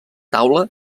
taula